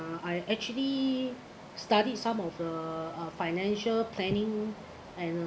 uh I actually studied some of the uh financial planning and